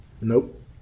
Nope